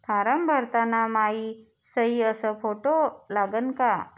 Form भरताना मायी सयी अस फोटो लागन का?